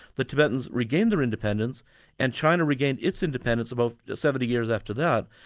the tibetans regained their independence and china regained its independence about seventy years after that.